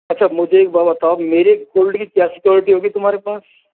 अच्छा मुझे एक बात बताओ मेरे गोल्ड की क्या सिक्योरिटी होगी तुम्हारे पास